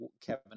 Kevin